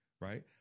right